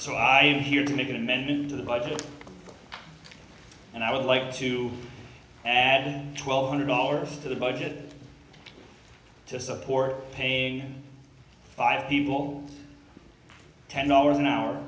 so i am here to make an amendment to the budget and i would like to add twelve hundred dollars to the budget to support paying five people ten dollars an hour